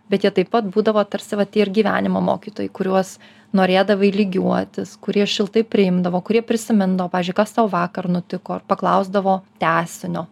bet jie taip pat būdavo tarsi vat tie ir gyvenimo mokytojai kuriuos norėdavai lygiuotis kurie šiltai priimdavo kurie prisimindavo pavyzdžiui kas tau vakar nutiko ar paklausdavo tęsinio